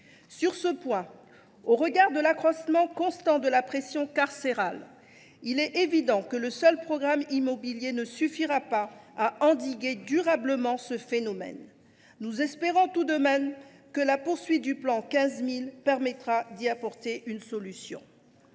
Sur ce point, au regard de l’accroissement constant de la pression carcérale, il est évident que le seul programme immobilier ne suffira pas à endiguer durablement ce phénomène. Nous espérons tout de même que la poursuite du « plan 15 000 » permettra d’apporter une solution.